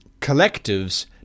collectives